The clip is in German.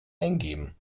eingeben